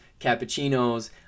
cappuccinos